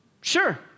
Sure